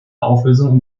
auflösung